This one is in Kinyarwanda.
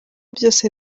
byose